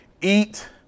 eat